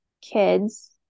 kids